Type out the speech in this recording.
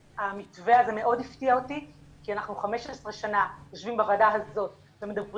המתווה הזה מאוד הפתיע אותי כי אנחנו 15 שנה יושבים בוועדה הזאת ומדברים